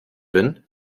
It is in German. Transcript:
bin